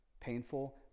Painful